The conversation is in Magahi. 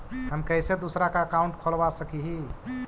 हम कैसे दूसरा का अकाउंट खोलबा सकी ही?